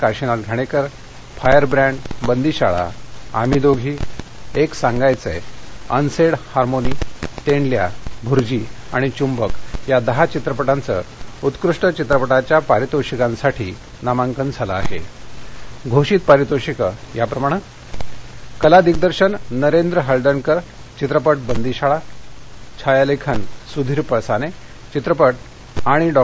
Kashinath Ghanekar Firebrand Bandishala Aamhi Doghi Ek Sangaychay unsaid harmony Tendlya Bhurji आणि चुंबक या दहा चित्रपटांचं उत्कृष्ट चित्रपटाच्या पारितोषिकांसाठी नामांकन झालं आहक घोषित पारितोषिकं याप्रमाणा कला दिग्दर्शन नरेंद्र हळदणकर चित्रपट बंदीशाळा छायालखिन सूधीर पळसान चित्रपट आणि डॉ